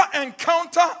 encounter